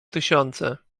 tysiące